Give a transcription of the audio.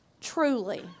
Truly